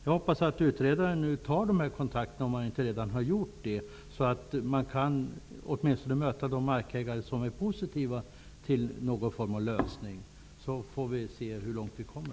Jag hoppas att utredaren tar kontakt, om han inte redan har gjort det, så att man åtminstone kan möta de markägare som är positiva till någon form av lösning. Vi får se hur långt vi kommer.